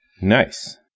Nice